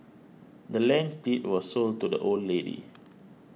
the land's deed was sold to the old lady